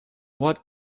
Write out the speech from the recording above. what